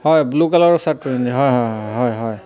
হয় ব্লু কালাৰৰ শ্বাৰ্ট পিন্ধি হয় হয় হয় হয় হয়